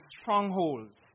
strongholds